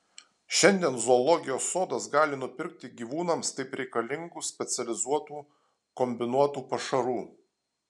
šiandien zoologijos sodas gali nupirkti gyvūnams taip reikalingų specializuotų kombinuotų pašarų